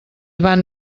van